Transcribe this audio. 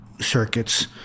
circuits